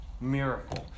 miracle